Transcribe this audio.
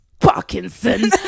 Parkinson